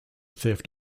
theft